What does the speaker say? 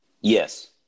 Yes